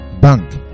Bank